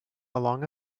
along